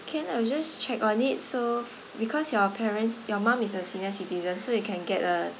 can I will just check on it so because your parents your mum is a senior citizen so you can get a